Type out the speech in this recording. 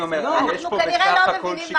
יש כאן בסך הכול שיקולים.